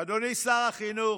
אדוני שר החינוך,